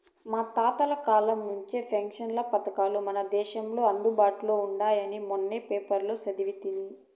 మన తాతల కాలం నుంచే పెన్షన్ పథకాలు మన దేశంలో అందుబాటులో ఉండాయని మొన్న పేపర్లో సదివితి